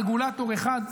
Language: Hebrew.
רגולטור אחד,